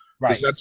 Right